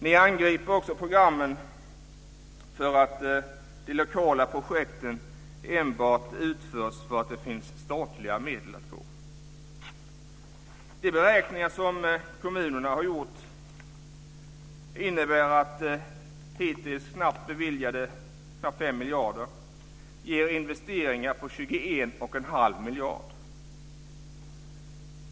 Ni angriper också programmen för att de lokala projekten enbart utförs för att det finns statliga medel att få. De beräkningar som kommunerna har gjort visar att hittills beviljade knappt 5 miljarder kronor givit investeringar på 21,5 miljarder kronor.